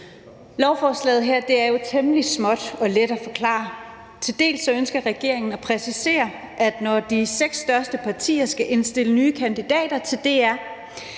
Lovforslaget her er temmelig lille og let at forklare. Til dels ønsker regeringen at præcisere, at når de seks største partier skal indstille nye kandidater til DR,